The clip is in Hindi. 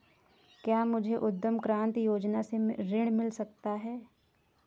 क्या मुझे उद्यम क्रांति योजना से ऋण मिल सकता है?